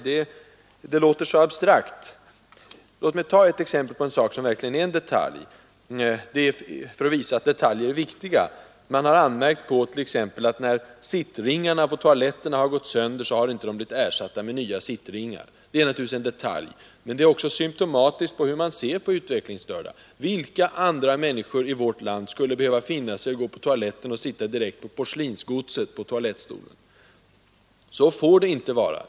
Låt mig — för att visa att detaljer är viktiga — ta ett exempel på något som verkligen är en detalj. Det har t.ex. anmärkts att sittringarna på toaletterna, när de gått sönder, inte har blivit ersatta med nya. Detta är naturligtvis en detalj, men det kan också säga något om hur man ser på de utvecklingsstörda, Vilka andra människor i vårt land skulle behöva finna sig i att gå på toaletten och sitta direkt på porslinsgodset på toalettstolen? Så får det inte vara.